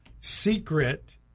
secret